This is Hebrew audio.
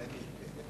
אני מסכים אתך.